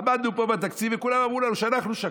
עמדנו פה בתקציב וכולם אמרו לנו שאנחנו שקרנים.